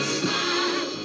smile